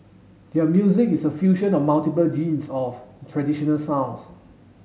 their music is a fusion of multiple genres of traditional sounds